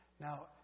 Now